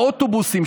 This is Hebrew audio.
באוטובוסים,